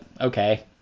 okay